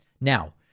Now